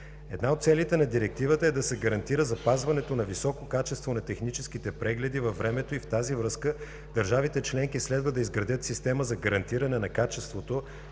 Една от целите на Директивата е да се гарантира запазването на високо качество на техническите прегледи във времето и в тази връзка държавите членки следва да изградят система за гарантиране на качеството,